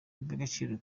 iby’agaciro